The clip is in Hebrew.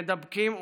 מידבקים,